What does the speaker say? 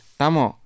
tamo